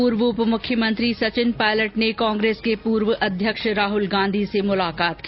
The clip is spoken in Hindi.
पूर्व उप मुख्यमंत्री सचिन पायलट ने कांग्रेस के पूर्व अध्यक्ष राहुल गांधी से मुलाकात की